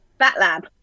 Batlab